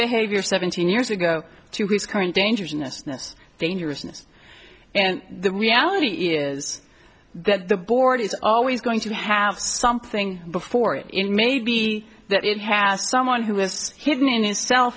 behavior seventeen years ago to his current dangerousness dangerousness and the reality is that the board is always going to have something before it in may be that it has someone who was hidden in